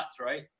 right